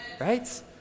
right